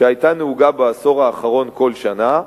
שהיתה נהוגה בעשור האחרון כל שנה.